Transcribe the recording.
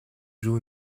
joue